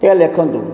ଲେଖନ୍ତୁ